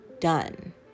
done